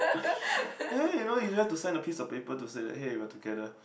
hey you know you don't have to sign a piece of paper to say that hey we are together